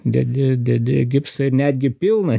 dedi dedi gipsą ir netgi pilną